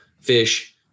fish